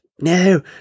No